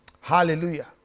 Hallelujah